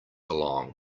along